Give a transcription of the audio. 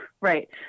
right